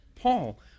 Paul